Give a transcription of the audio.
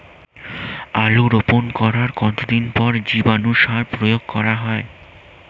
আলু রোপণ করার কতদিন পর জীবাণু সার প্রয়োগ করা হয়?